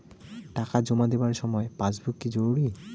টাকা জমা দেবার সময় পাসবুক কি জরুরি?